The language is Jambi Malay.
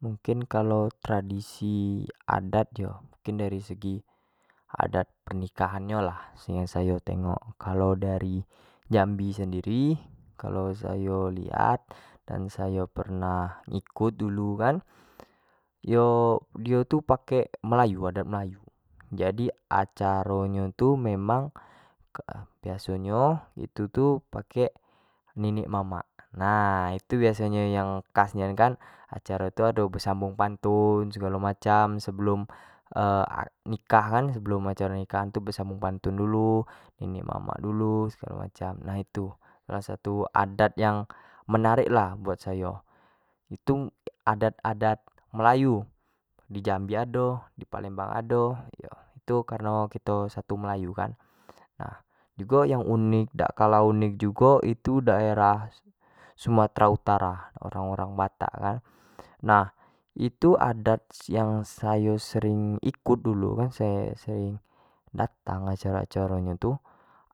Mungkin kalau tradisi adat yo, mungkin dari segi adat pernikahan nyo lah kalau sayo tengok kalau dari jambi sendiri, kalau sayo lihat dan sayo pernah ikut dulu kan yo dio tu pake melayu, adat melayu jadi acaro nyo tu memang biaosonyo tu pake ninik mamak, nah itu yang jadi ciri khas yo tu kan biaso nyo tu pakai cara berbalas pantun, segalo macam sebelum nikah kan sebelum acara nikahan tu besambung pantun dulu ninik mamak dulu segalo macam nah itu salah satu adat yang menarik lah buat sayo itu adat-adat melayu di jambi ado, di palembang ado, kareno satu melayu kan nah jugo yang unik dak kalah unik jugo tu daerah sumatera utara, orang-orang batak kan nah itu adat yang sayo sering ikut dulu yang sayo sering datang acara-acara nyo tu